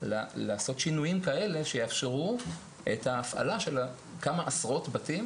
לעשות שינויים כאלה שיאפשרו את ההפעלה של כמה עשרות בתים